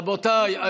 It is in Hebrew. רבותיי,